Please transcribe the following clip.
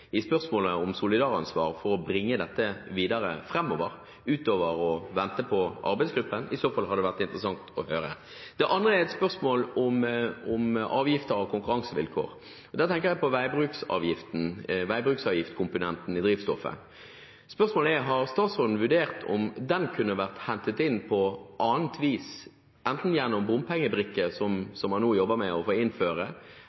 i spørsmålet om solidaransvar for å bringe dette videre framover, utover å vente på arbeidsgruppen? I så fall hadde det vært interessant å høre om. Det andre er et spørsmål om avgifter og konkurransevilkår. Der tenker jeg på veibruksavgiftkomponenten i drivstoffet. Spørsmålet er: Har statsråden vurdert om den kunne vært hentet inn på annet vis, enten gjennom